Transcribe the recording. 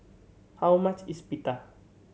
how much is Pita